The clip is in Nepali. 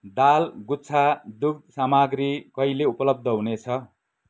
दाल गुच्छा दुग्ध सामग्री कहिले उपलब्ध हुनेछ